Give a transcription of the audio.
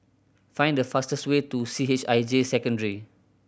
find the fastest way to C H I J Secondary